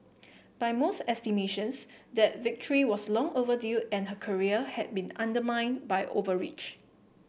by most estimations that victory was long overdue and her career had been undermined by overreach